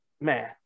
man